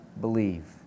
believe